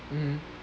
mmhmm